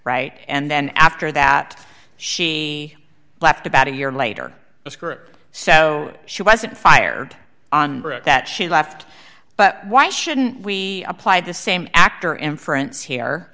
right and then after that she left about a year later a scrip so she wasn't fired on brick that she left but why shouldn't we apply the same actor inference here